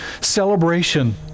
celebration